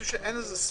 אין לזה סוף.